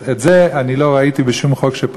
את זה אני לא ראיתי בשום חוק,